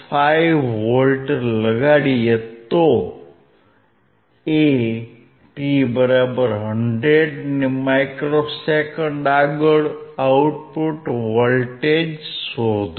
5V લગાડીએ તો t100μs આગળ આઉટ્પુટ વોલ્ટેજ શોધો